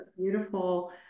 beautiful